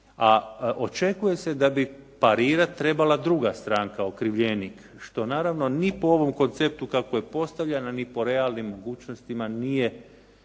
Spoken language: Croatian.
a očekuje se da bi parirat trebala druga stranka, okrivljenik što naravno ni po ovom konceptu kako je postavljena ni po realnim mogućnostima nije